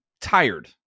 tired